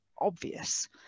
obvious